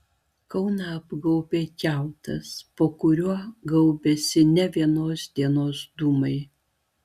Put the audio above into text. kauną apgaubė kiautas po kuriuo kaupiasi ne vienos dienos dūmai